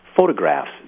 photographs